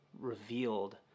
revealed